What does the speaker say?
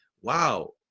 wow